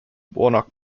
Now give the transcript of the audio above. warnock